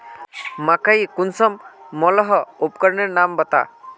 मकई कुंसम मलोहो उपकरनेर नाम बता?